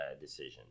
decision